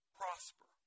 prosper